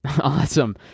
Awesome